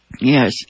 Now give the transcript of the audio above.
Yes